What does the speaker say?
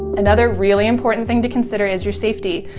another really important thing to consider is your safety.